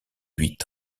huit